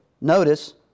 notice